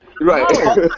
Right